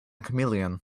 chameleon